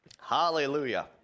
Hallelujah